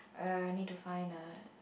err need to find a